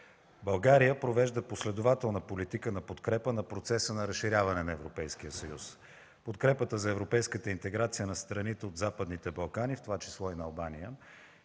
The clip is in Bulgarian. България провежда последователна политика на подкрепа на процеса на разширяване на Европейския съюз. Подкрепата за европейската интеграция на страните от Западните Балкани, в това число и на Албания,